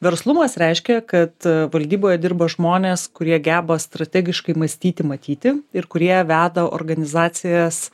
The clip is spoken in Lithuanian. verslumas reiškia kad valdyboje dirba žmonės kurie geba strategiškai mąstyti matyti ir kurie veda organizacijas